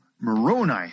Moroni